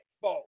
fault